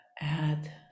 add